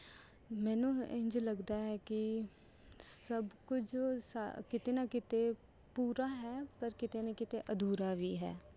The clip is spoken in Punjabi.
ਮੈਨੂੰ ਇੰਝ ਲੱਗਦਾ ਹੈ ਕਿ ਸਭ ਕੁਝ ਕਿਤੇ ਨਾ ਕਿਤੇ ਪੂਰਾ ਹੈ ਪਰ ਕਿਤੇ ਨਾ ਕਿਤੇ ਅਧੂਰਾ ਵੀ ਹੈ